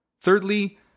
Thirdly